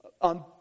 On